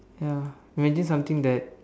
ya imagine something that